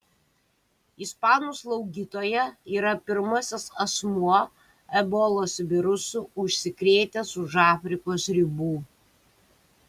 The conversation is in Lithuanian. ispanų slaugytoja yra pirmasis asmuo ebolos virusu užsikrėtęs už afrikos ribų